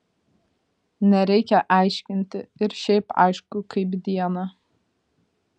nereikia aiškinti ir šiaip aišku kaip dieną